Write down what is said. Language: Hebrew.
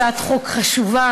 הצעת חוק חשובה,